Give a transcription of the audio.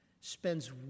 Spends